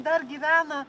dar gyvena